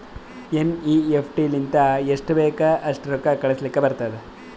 NEFT ಲಿಂತ ಎಸ್ಟ್ ಬೇಕ್ ಅಸ್ಟ್ ರೊಕ್ಕಾ ಕಳುಸ್ಲಾಕ್ ಬರ್ತುದ್